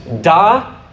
Da